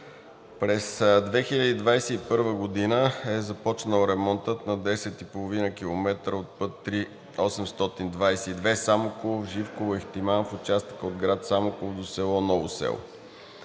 през 2021 г. е започнал ремонтът на 10,5 км от път ІІІ-822 Самоков – Живково – Ихтиман в участъка от град Самоков до село Ново село.